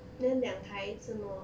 then 两台自摸